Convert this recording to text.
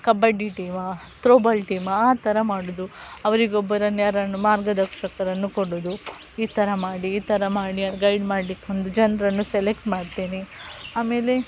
ಕಬಡ್ಡಿ ಟೀಮಾ ತ್ರೋಬಾಲ್ ಟೀಮಾ ಆ ಥರ ಮಾಡೋದು ಅವರಿಗೊಬ್ಬರನ್ನು ಯಾರನ್ನು ಮಾರ್ಗದರ್ಶಕರನ್ನು ಕೊಡೋದು ಈ ಥರ ಮಾಡಿ ಈ ಥರ ಮಾಡಿ ಗೈಡ್ ಮಾಡ್ಲಿಕ್ಕೆ ಒಂದು ಜನರನ್ನು ಸೆಲೆಕ್ಟ್ ಮಾಡ್ತೇನೆ ಆಮೇಲೆ